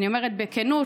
אני אומרת בכנות,